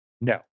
no